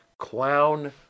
clown